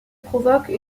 provoque